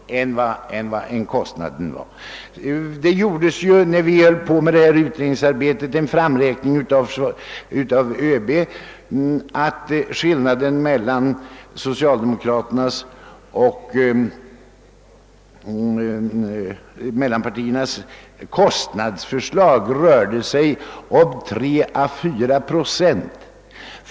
När vi arbetade i utredningen gjorde ÖB en framräkning som visade att skillnaden mellan socialdemokraternas och mellanpartiernas kostnadsförslag rörde sig om 3 å 4 procent.